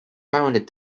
founded